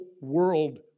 world